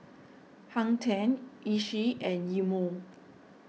Hang ten Oishi and Eye Mo